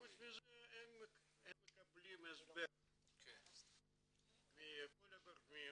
חוץ מזה הם מקבלים הסבר מכל הגורמים.